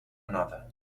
another